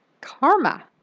karma